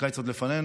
הקיץ עוד לפנינו,